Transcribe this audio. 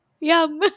Yum